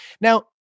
Now